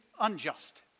unjust